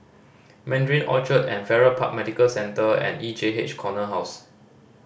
Mandarin Orchard Farrer Park Medical Centre and E J H Corner House